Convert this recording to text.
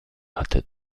hatte